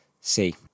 see